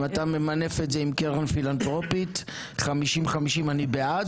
אם אתה ממנף את זה עם קרן פילנטרופית 50-50 אני בעד,